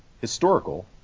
Historical